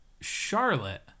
Charlotte